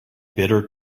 bitter